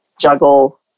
juggle